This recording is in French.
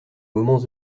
moments